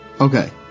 Okay